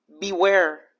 beware